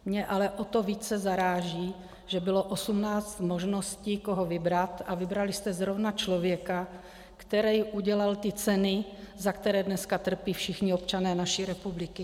Mě ale o to více zaráží, že bylo 18 možností, koho vybrat, a vybrali jste zrovna člověka, který udělal ty ceny, za které dneska trpí všichni občané naší republiky.